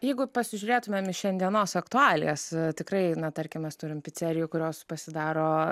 jeigu pasižiūrėtumėm į šiandienos aktualijas tikrai na tarkim mes turime picerijų kurios pasidaro